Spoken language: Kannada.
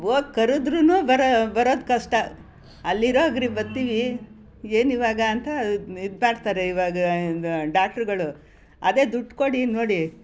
ಹೋಗ್ ಕರೆದ್ರೂ ಬರೋ ಬರೋದು ಕಷ್ಟ ಅಲ್ಲಿ ಇರೋಗ್ರಿ ಬತ್ತಿವಿ ಏನಿವಾಗ ಅಂತ ಇದು ಇದ್ಮಾಡ್ತಾರೆ ಇವಾಗ ಡಾಕ್ಟ್ರುಗಳು ಅದೇ ದುಡ್ಡು ಕೊಡಿ ನೋಡಿ